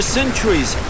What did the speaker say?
centuries